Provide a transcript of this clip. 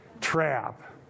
trap